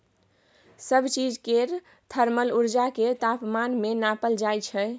सब चीज केर थर्मल उर्जा केँ तापमान मे नाँपल जाइ छै